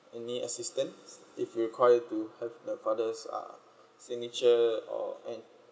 any assistance if you require to have the father uh signature or